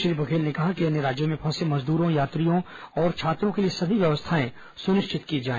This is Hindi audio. श्री बघेल ने कहा कि अन्य राज्यों में फंसे मजदूरों यात्रियों और छात्रों के लिए सभी व्यवस्थाएं सुनिश्चित की जाए